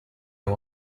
are